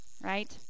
right